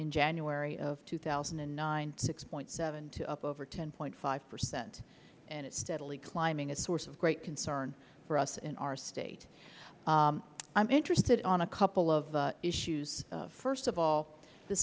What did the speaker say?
in january of two thousand and nine six point seven to up over ten five percent and it is steadily climbing a source of great concern for us in our state i am interested on a couple of issues first of all the